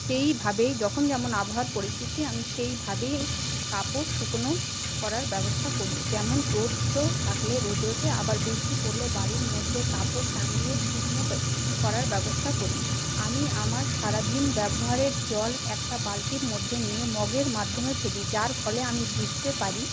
সেইভাবেই যখন যেমন আবহাওয়ার পরিস্থিতি আমি সেইভাবেই কাপড় শুকনো করার ব্যবস্থা করি যেমন রৌদ্র থাকলে রৌদ্রতে আবার বৃষ্টি পড়লে বাড়ির মধ্যে কাপড় টাঙিয়ে শুকনো করার ব্যবস্থা করি আমি আমার সারাদিন ব্যবহারের জল একটা বালতির মধ্যে নিয়ে মগের মাধ্যমে ফেলি যার ফলে আমি বুঝতে পারি